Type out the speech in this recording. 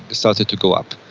started to go up.